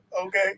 Okay